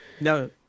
no